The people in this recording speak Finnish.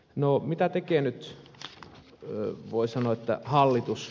no mitä tekee nyt voi sanoa hallitus